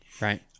right